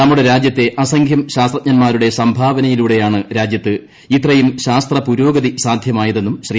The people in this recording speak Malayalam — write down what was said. നമ്മുടെ രാജ്യത്തെ അസ്ത്രിച്ചും ശാസ്ത്രജ്ഞന്മാരുടെ സംഭാവനയിലൂടെയാണ് രാജ്യത്ത് കൃത്രിയും ശാസ്ത്ര പുരോഗതി സാദ്ധ്യമായതെന്നും ശ്രീ